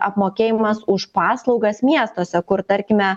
apmokėjimas už paslaugas miestuose kur tarkime